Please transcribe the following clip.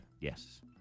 Yes